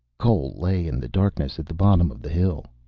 cole lay in the darkness at the bottom of the hill.